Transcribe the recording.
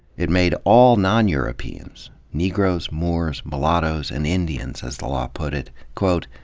it made all non-europeans negroes, moors, mollatoes, and indians, as the law put it quote,